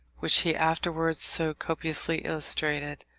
which he afterwards so copiously illustrated,